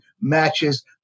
matches